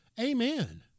Amen